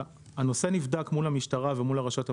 הנושא נבדק מול המשטרה ומול הרשויות המקומיות,